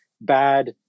bad